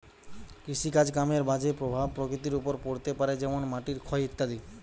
কৃষিকাজ কামের বাজে প্রভাব প্রকৃতির ওপর পড়তে পারে যেমন মাটির ক্ষয় ইত্যাদি